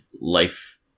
life